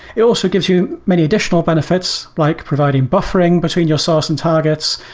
it also gives you many additional benefits like providing buffering between your source and targets.